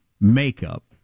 makeup